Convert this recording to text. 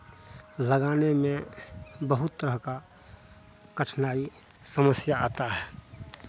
लगाने में बहुत तरह का कठिनाई समस्या आता है